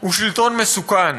הוא שלטון מסוכן.